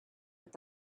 with